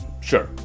sure